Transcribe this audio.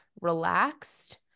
relaxed